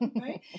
right